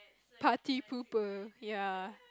party pooper ya